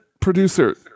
producer